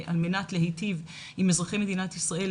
על מנת להיטיב עם אזרחי מדינת ישראל,